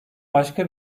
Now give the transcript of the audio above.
başka